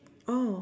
oh